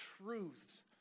truths